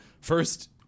First